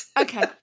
Okay